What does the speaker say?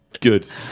Good